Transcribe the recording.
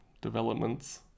developments